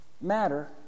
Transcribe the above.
matter